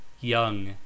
Young